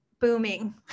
booming